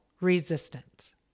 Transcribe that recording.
resistance